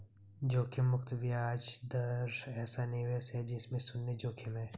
जोखिम मुक्त ब्याज दर ऐसा निवेश है जिसमें शुन्य जोखिम है